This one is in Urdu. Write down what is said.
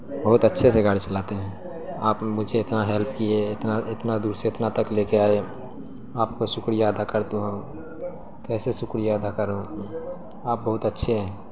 بہت اچھے سے گاڑی چلاتے ہیں آپ مجھے اتنا ہیلپ کیے اتنا اتنا دور سے اتنا تک لے کے آئے آپ کا شکریہ ادا کرتا ہوں کیسے شکریہ ادا کروں آپ بہت اچھے ہیں